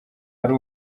ari